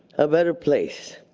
a better place.